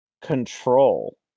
Control